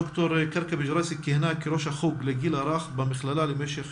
ד"ר כרכבי-ג'ראייסי כיהנה כראש החוג לגיל הרך במכללה למשך